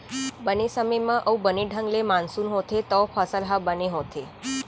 बने समे म अउ बने ढंग ले मानसून होथे तव फसल ह बने होथे